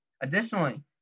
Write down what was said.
Additionally